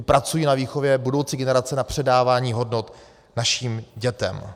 Ti pracují na výchově budoucí generace, na předávání hodnot našim dětem.